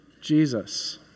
Jesus